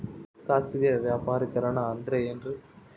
ಖಾಸಗಿ ವ್ಯಾಪಾರಿಕರಣ ಅಂದರೆ ಏನ್ರಿ?